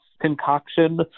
concoction